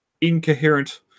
incoherent